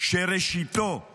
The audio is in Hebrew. שראשיתו הוא